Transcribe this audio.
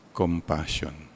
compassion